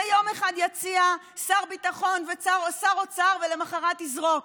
ויום אחד יציע שר אוצר, ולמוחרת יזרוק.